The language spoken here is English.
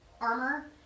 armor